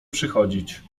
przychodzić